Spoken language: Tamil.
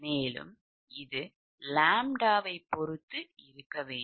மேலும் இது 𝜆 வை பொறுத்து இருக்க வேண்டும்